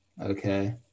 Okay